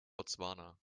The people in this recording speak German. botswana